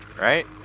right